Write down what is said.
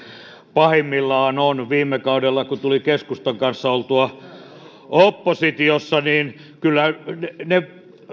pahimmillaan on viime kaudella kun tuli keskustan kanssa oltua oppositiossa kyllä ne